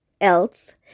Else